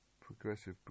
Progressive